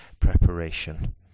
preparation